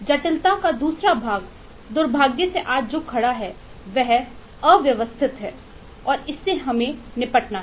जटिलता का दूसरा भाग दुर्भाग्य से आज जो खड़ा है वह अव्यवस्थित है और इससे हमें निपटना है